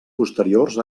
posteriors